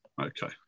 Okay